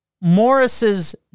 Morris's